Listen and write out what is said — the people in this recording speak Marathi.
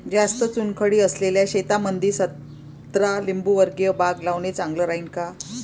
जास्त चुनखडी असलेल्या शेतामंदी संत्रा लिंबूवर्गीय बाग लावणे चांगलं राहिन का?